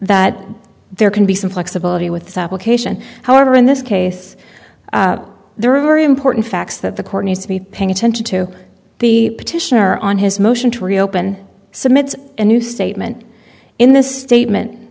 that there can be some flexibility with supplication however in this case there are very important facts that the court needs to be paying attention to the petitioner on his motion to reopen submit a new statement in this statement